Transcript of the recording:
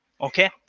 Okay